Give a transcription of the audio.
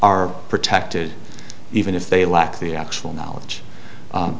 are protected even if they lack the actual knowledge